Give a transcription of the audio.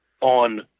on